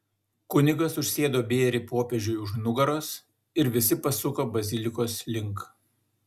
kunigas užsėdo bėrį popiežiui už nugaros ir visi pasuko bazilikos link